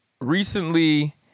recently